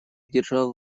держал